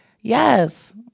yes